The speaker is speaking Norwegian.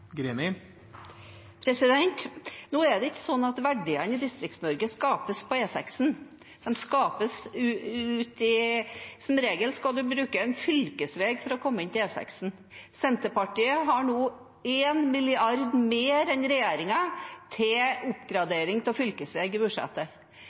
Nå er det ikke sånn at verdiene i Distrikts-Norge skapes på E6. Som regel skal en bruke en fylkesvei for å komme inn på E6. Senterpartiet har nå 1 mrd. kr mer på budsjettet enn regjeringen til